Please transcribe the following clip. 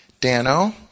Dano